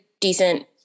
decent